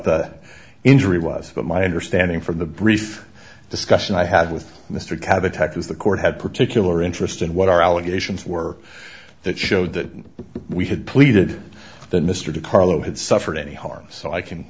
that injury was but my understanding from the brief discussion i had with mr kabateck was the court had particular interest in what our allegations were that showed that we had pleaded that mr de carlo had suffered any harm so i can